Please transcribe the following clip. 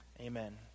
Amen